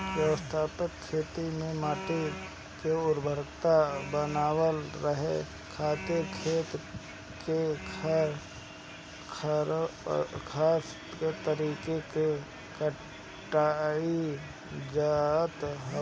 व्यापक खेती में माटी के उर्वरकता बनल रहे खातिर खेत के रख रखाव खास तरीका से कईल जात हवे